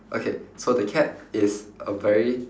okay so the cat is a very